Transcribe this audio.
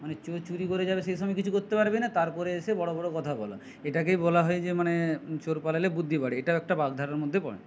মানে চোর চুরি করে যাবে সেই সময় কিছু করতে পারবে না তারপরে এসে বড়ো বড়ো কথা বলা এটাকেই বলা হয় যে মানে চোর পালালে বুদ্ধি বাড়ে এটাও একটা বাগধারার মধ্যে পড়ে